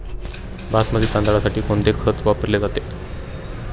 बासमती तांदळासाठी कोणते खत वापरले जाते?